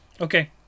okay